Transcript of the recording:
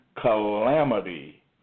calamity